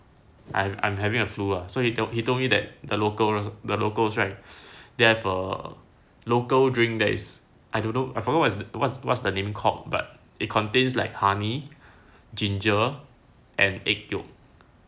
I'm I'm having a flu ah so he told he told me that the local the locals right they have a local drink that is I don't know I forgot what's the what's what's the name called but it contains like honey ginger and egg yolk